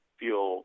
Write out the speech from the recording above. feel